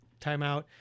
timeout